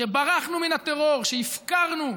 שברחנו מן הטרור, שהפקרנו,